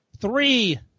three